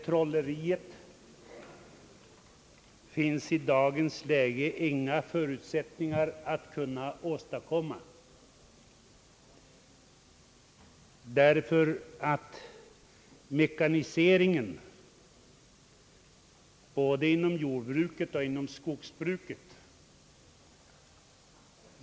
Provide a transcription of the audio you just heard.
Jag tror att det i dagens läge inte finns förutsättningar att åstadkomma något sådant trolleri, beroende på den utveckling som mekaniseringen har medfört såväl inom jordbruket som inom skogsbruket.